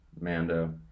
Mando